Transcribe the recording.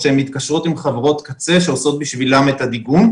או שהן מתקשרות עם חברות קצה שעושות בשבילן את הדיגום,